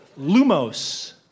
Lumos